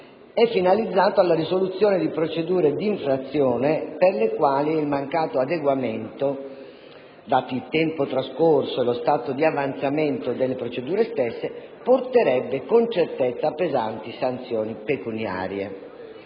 è finalizzato alla risoluzione di procedure di infrazione per le quali il mancato adeguamento, dato il tempo trascorso e lo stato di avanzamento delle procedure stesse, porterebbe con certezza a pesanti sanzioni pecuniarie.